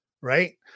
right